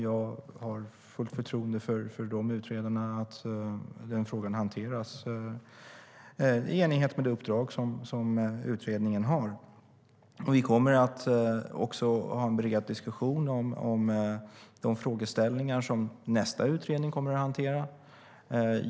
Jag har fullt förtroende för utredarna och att den frågan hanteras i enlighet med det uppdrag som utredningen har. Vi kommer också att ha en bred diskussion om de frågeställningar som nästa utredning kommer att hantera.